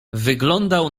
wyglądał